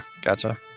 Gotcha